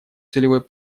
целевой